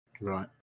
Right